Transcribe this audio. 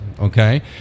Okay